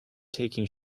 taking